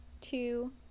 two